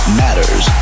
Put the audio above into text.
matters